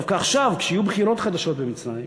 שדווקא עכשיו, כשיהיו בחירות חדשות במצרים,